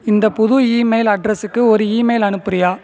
இந்த புது இமெயில் அட்ரஸுக்கு ஒரு இமெயில் அனுப்புறியா